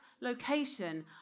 location